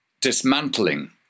dismantling